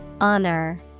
Honor